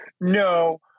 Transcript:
No